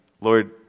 Lord